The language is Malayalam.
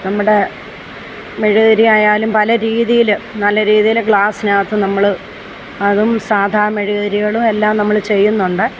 നമ്മുടെ മെഴുകുതിരി ആയാലും പല രീതിയിൽ നല്ല രീതിയിൽ ഗ്ലാസ്സിന് അകത്ത് നമ്മൾ അതും സാധാ മെഴുക് തിരികളും എല്ലാം നമ്മൾ ചെയ്യുന്നുണ്ട്